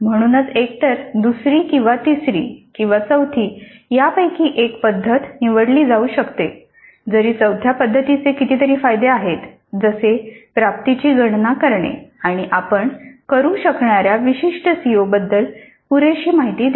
म्हणूनच एकतर दुसरी किंवा तिसरी किंवा चौथी यापैकी एक पद्धत निवडली जाऊ शकते जरी चौथ्या पद्धतीचे कितीतरी फायदे आहेत जसे प्राप्तीची गणना करणे आणि आपण करू शकणाऱ्या विशिष्ट सीओबद्दल पुरेशी माहिती देणे